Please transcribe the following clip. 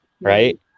right